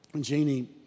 Janie